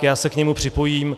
Já se k němu připojím.